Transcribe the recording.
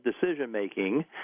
decision-making